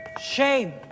Shame